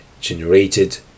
generated